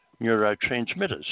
neurotransmitters